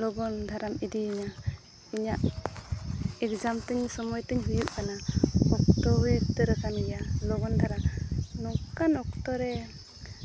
ᱞᱚᱜᱚᱱ ᱫᱷᱟᱨᱟᱢ ᱤᱫᱤᱭᱤᱧᱟᱹ ᱤᱧᱟᱹᱜ ᱮᱠᱡᱟᱢ ᱛᱤᱧ ᱥᱚᱢᱚᱭ ᱛᱤᱧ ᱦᱩᱭᱩᱜ ᱠᱟᱱᱟ ᱚᱠᱛᱚ ᱦᱩᱭ ᱩᱛᱟᱹᱨ ᱟᱠᱟᱱ ᱜᱮᱭᱟ ᱞᱚᱜᱚᱱ ᱫᱷᱟᱨᱟ ᱱᱚᱝᱠᱟᱱ ᱚᱠᱛᱚ ᱨᱮ